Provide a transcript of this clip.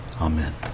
Amen